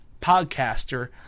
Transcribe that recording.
podcaster